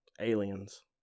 aliens